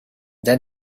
then